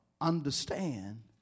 understand